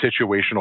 situational